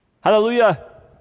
Hallelujah